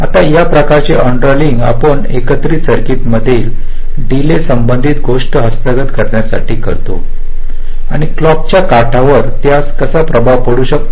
आता या प्रकारचे अनरोलिंग आपण एकत्रित सर्किट मधील डीले संबंधित गोष्टी हस्तगत करण्यासाठी करतो आणि क्लॉक च्या काठावर त्याचा कसा प्रभाव पडू शकतो